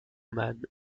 man